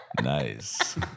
Nice